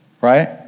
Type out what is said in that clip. Right